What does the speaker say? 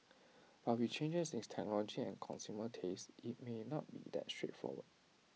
but with changes in technology and consumer tastes IT may not be that straightforward